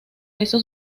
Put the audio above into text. eso